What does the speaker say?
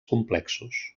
complexos